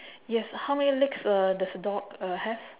yes how many legs uh does your dog uh has